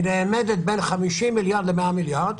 היא נאמדת בין 50 מיליארד ל-100 מיליארד,